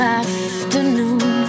afternoon